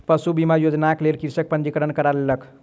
पशु बीमा योजनाक लेल कृषक पंजीकरण करा लेलक